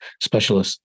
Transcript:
specialists